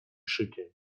szykiem